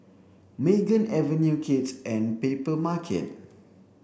Megan Avenue Kids and Papermarket